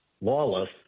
lawless